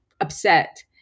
upset